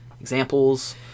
examples